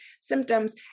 symptoms